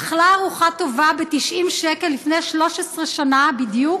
אכלה ארוחה טובה ב-90 שקל, לפני 13 שנה בדיוק,